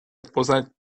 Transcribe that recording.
esposa